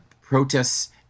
protests